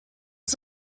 ist